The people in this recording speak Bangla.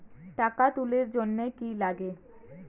টাকা তুলির জন্যে কি লাগে?